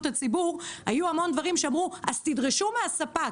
הציבור היו המון דברים שאמרו: אז תדרשו מהספק,